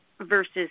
versus